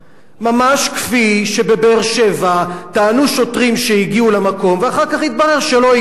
ממש כפי שבבאר-שבע טענו שוטרים שהגיעו למקום ואחר כך התברר שלא הגיעו.